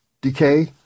decay